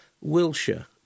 Wilshire